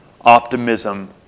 optimism